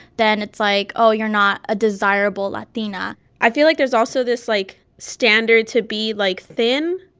then it's like, oh, you're not a desirable latina i feel like there's also this, like, standard to be, like, thin.